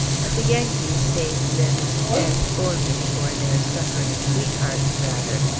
but the yankees saved them instead, for me, or their suffering sweethearts, rather.